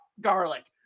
garlic